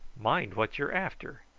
mind what you're after.